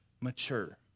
mature